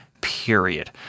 period